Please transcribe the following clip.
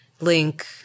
link